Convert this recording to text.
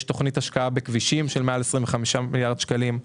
יש תכנית השקעה בכבישים של מעל 25 מיליארד שקלים.